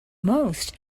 most